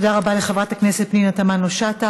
תודה רבה לחברת הכנסת פנינה תמנו-שטה.